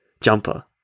jumper